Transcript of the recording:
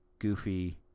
Goofy